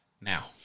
Now